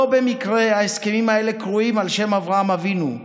לא במקרה ההסכמים האלה קרויים על שם אברהם אבינו,